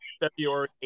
February